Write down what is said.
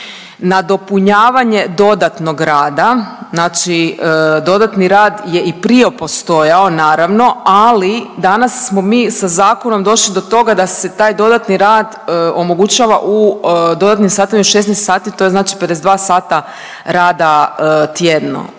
nadopunjavanje dodatnog rada. Znači dodatni rad je i prije postojao naravno, ali danas smo mi sa zakonom došli do toga da se taj dodatni rad omogućava u dodatnim satima u 16 sati to je znači 52 rada tjedno